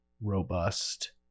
robust